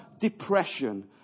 depression